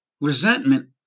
resentment